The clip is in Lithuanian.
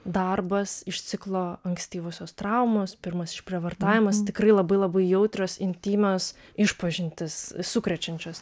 darbas iš ciklo ankstyvosios traumos pirmas išprievartavimas tikrai labai labai jautrūs intymios išpažintys sukrečiančios